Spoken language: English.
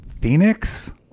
Phoenix